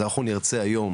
אז אנחנו נרצה היום,